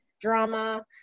drama